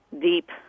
Deep